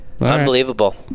Unbelievable